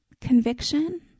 conviction